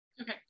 Okay